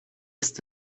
ist